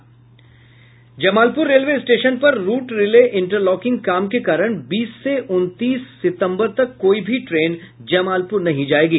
Jamalpur railway station पर route relay interlocking काम के कारण बीस से उनतीस सितम्बर तक कोई भी ट्रेन जमालपुर नहीं जायेगी